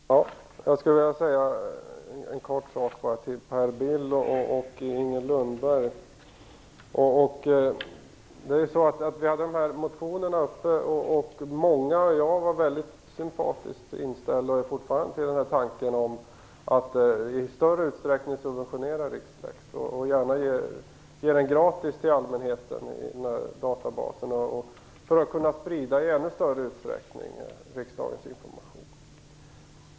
Fru talman! Jag skulle vilja säga ett par saker till Per Bill och Inger Lundberg. Vi talade om de här motionerna, och många - bl.a. jag - är sympatiskt inställda till tanken på att man i större utsträckning skall subventionera Rixlex och gärna ge denna databas gratis till allmänheten, för att i ännu större utsträckning kunna sprida riksdagens information.